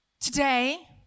today